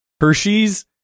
Hershey's